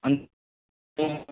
ಅನ್ ಹ್ಞ್